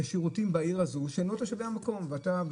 לשירותים בעיר הזו שהם לא תושבי המקום ואתה,